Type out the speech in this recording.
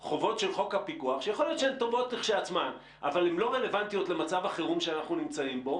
את חוק הפיקוח שאינו רלוונטי למצב החירום שבו אנחנו נמצאים.